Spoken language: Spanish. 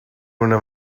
una